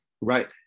Right